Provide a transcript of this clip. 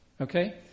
okay